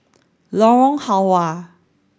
Lorong Halwa